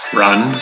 run